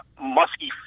musky